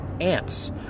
ants